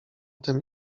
tym